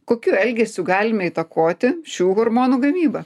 kokiu elgesiu galime įtakoti šių hormonų gamybą